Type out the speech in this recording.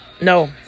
No